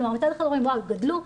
כלומר מצד אחד אומרים שהפניות גדלו,